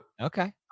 Okay